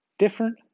Different